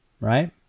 Right